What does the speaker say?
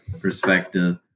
perspective